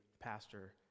pastor